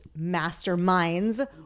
masterminds